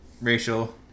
racial